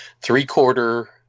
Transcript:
three-quarter